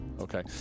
Okay